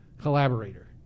collaborator